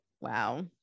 Wow